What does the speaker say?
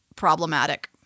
problematic